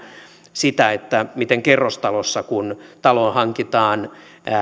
sitä miten kerrostalossa kun taloon hankitaan